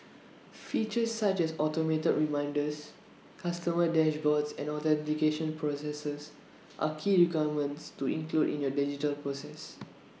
features such as automated reminders customer dashboards and authentication processes are key requirements to include in your digital process